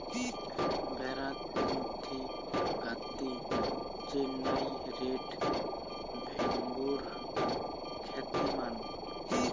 ভ্যাড়াত মধ্যি গাদ্দি, চেন্নাই রেড, ভেম্বুর খ্যাতিমান